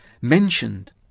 mentioned